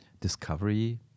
discovery